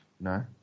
No